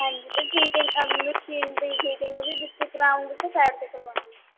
ਹਾਂਜੀ ਤੁਸੀਂ ਦੀ ਫੀਟਿੰਗ ਵੀ ਵਿੱਚੇ ਕਰਾਉਂਗੇ ਕਿ ਸਾਈਡ 'ਤੇ ਕਰਵਾਉਂਗੇ